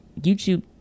YouTube